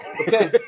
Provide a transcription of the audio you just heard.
Okay